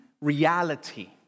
reality